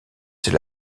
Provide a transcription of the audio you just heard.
c’est